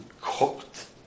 cooked